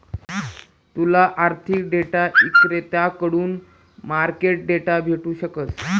तूले आर्थिक डेटा इक्रेताकडथून मार्केट डेटा भेटू शकस